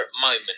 moment